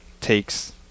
takes